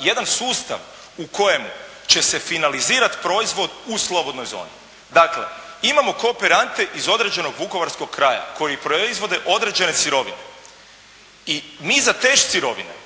jedan sustav u kojemu će se finalizirati proizvod u slobodnoj zoni. Dakle imamo kooperante iz određenog vukovarskog kraja koji proizvode određene sirovine i mi za te sirovine